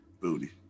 booty